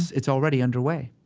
it's already underway.